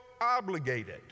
obligated